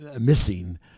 missing